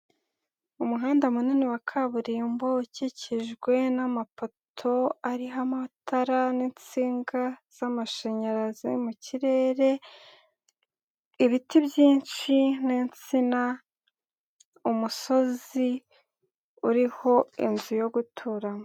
Umuhanda munini wa kaburimbo ukikijwe n'amapoto ariho amatara n'insinga z'amashanyarazi mu kirere, ibiti byinshi n'insina, umusozi uriho inzu yo guturamo.